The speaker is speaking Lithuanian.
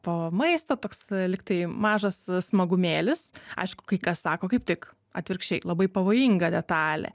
po maisto toks lyg tai mažas smagumėlis aišku kai kas sako kaip tik atvirkščiai labai pavojinga detalė